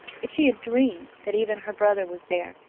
if she had dreamed that even her brother was there,